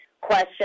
question